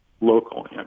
local